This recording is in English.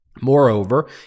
Moreover